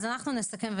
אנחנו נסכם,